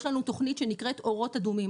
יש לנו תוכנית שנקראת "אורות אדומים".